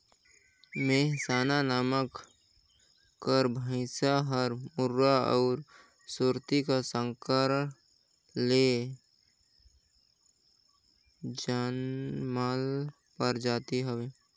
मेहसाना नसल कर भंइस हर मुर्रा अउ सुरती का संकर ले जनमल परजाति हवे